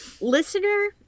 listener